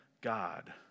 God